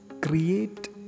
create